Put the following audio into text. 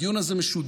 הדיון הזה משודר,